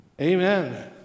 Amen